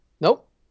Nope